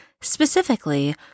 specifically